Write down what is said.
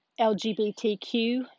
LGBTQ